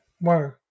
whoa